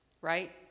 right